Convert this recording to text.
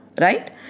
right